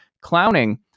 clowning